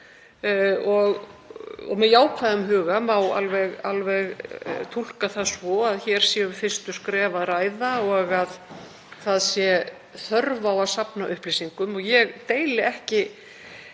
upp með jákvæðum huga. Það má alveg túlka það svo að hér sé um fyrstu skref að ræða og að þörf sé á að safna upplýsingum. Ég deili ekki